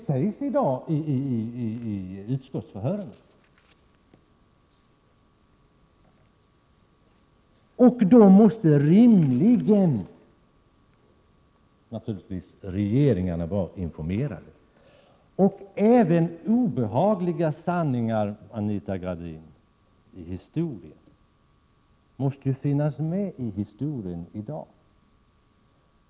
Regeringarna måste naturligtvis ha varit informerade. Även obehagliga historiska sanningar, Anita Gradin, måste finnas med i historien i dag.